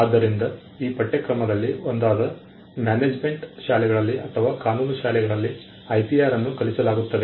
ಆದ್ದರಿಂದ ಈ ಪಠ್ಯಕ್ರಮದಲ್ಲಿ ಒಂದಾದ ಮ್ಯಾನೇಜ್ಮೆಂಟ್ ಶಾಲೆಗಳಲ್ಲಿ ಅಥವಾ ಕಾನೂನು ಶಾಲೆಗಳಲ್ಲಿ IPR ಅನ್ನು ಕಲಿಸಲಾಗುತ್ತದೆ